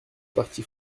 parti